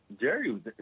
Jerry